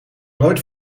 nooit